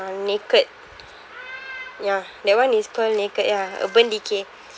uh naked ya that [one] is called naked ya Urban Decay